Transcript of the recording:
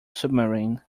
submarine